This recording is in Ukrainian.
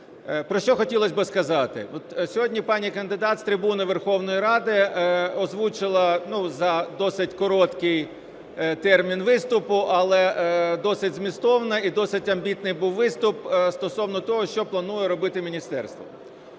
Про що хотілось би сказати? Сьогодні пані кандидат з трибуни Верховної Ради озвучила за досить короткий термін виступу, але досить змістовний і досить амбітний був виступ стосовно того, що планує робити міністерство.